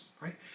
right